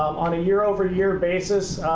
on a year over year basis,